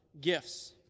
gifts